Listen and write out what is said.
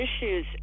issues